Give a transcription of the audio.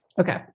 okay